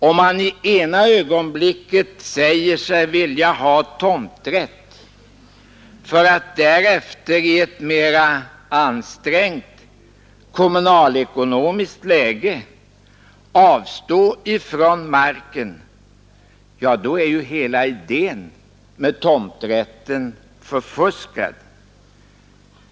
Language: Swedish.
Om man i det ena ögonblicket säger sig vilja ha tomträtt för att därefter i ett mera ansträngt kommunalekonomiskt läge avstå från marken, då är ju hela idén med tomträtten förfuskad.